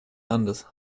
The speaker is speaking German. landes